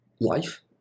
life